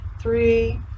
three